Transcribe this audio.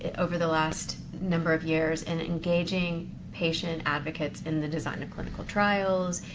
over the last number of years in engaging patient advocates in the design of clinical trials,